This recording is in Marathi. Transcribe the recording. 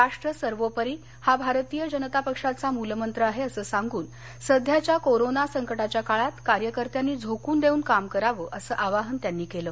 राष्ट्र सर्वोपरी हा भारतीय जनता पक्षाचा मूलमंत्र आहे असं सांगून सध्याच्या कोरोना संकटाच्या काळात कार्यकर्त्यांनी झोकून देऊन काम करावं असं आवाहन त्यांनी केलं